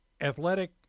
athletic